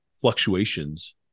fluctuations